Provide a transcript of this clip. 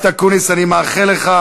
לא שיקום של מערכת החינוך,